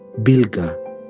Bilga